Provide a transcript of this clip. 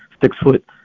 six-foot